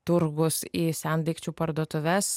turgus į sendaikčių parduotuves